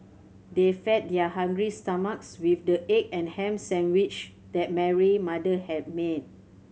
they fed their hungry stomachs with the egg and ham sandwiches that Mary mother had made